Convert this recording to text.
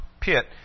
pit